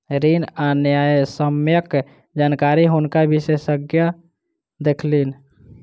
ऋण आ न्यायसम्यक जानकारी हुनका विशेषज्ञ देलखिन